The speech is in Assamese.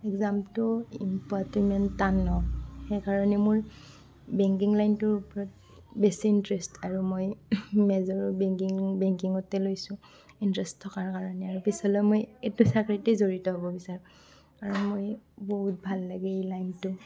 এক্সামটো পোৱাটো ইমান টান নহয় সেইকাৰণে মোৰ বেংকিং লাইনটোৰ ওপৰত বেছি ইণ্টাৰেষ্ট আৰু মই মেজৰ বেংকিং বেংকিংতেই লৈছোঁ ইণ্টাৰেষ্ট থকাৰ কাৰণেই আৰু পিছলে মই এইটো চাকৰিতে জড়িত হ'ব বিচাৰোঁ আৰু মই বহুত ভাল লাগে এই লাইনটো